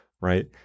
right